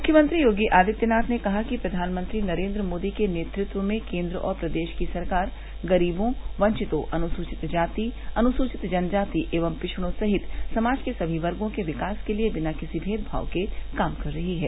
मुख्यमंत्री योगी आदित्यनाथ ने कहा कि प्रधानमंत्री नरेन्द्र मोदी के नेतृत्व में केन्द्र और प्रदेश की सरकार गरीबों वंचितों अनसचित जाति अनुसचित जनजाति एव पिछडों सहित समाज के समी वर्गो के विकास के लिए बिना किसी मेदभाव के काम कर रही है